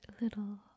little